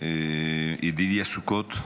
ידידיה סוכות,